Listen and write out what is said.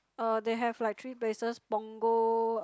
uh they have like three places Punggol